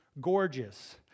gorgeous